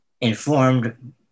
informed